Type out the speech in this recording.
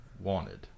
wanted